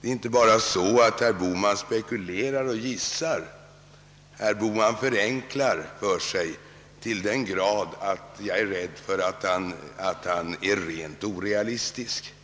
Det är inte bara så att herr Bohman spekulerar och gissar; herr Bohman förenklar resonemanget till den grad, att jag är rädd för att han är rent orealistisk.